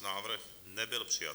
Návrh nebyl přijat.